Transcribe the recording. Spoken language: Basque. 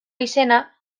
izena